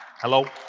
hello?